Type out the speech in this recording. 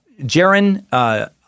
Jaron